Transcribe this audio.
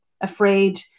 afraid